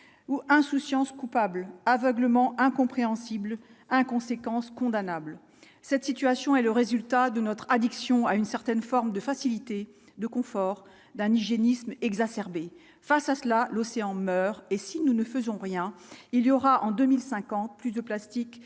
ou insouciance coupable aveuglement incompréhensible inconséquence condamnable, cette situation est le résultat de notre addiction à une certaine forme de faciliter le confort d'un hygiénisme exacerbé, face à cela, l'océan meurt et si nous ne faisons rien, il y aura en 2005 ans plus de plastique